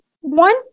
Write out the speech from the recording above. one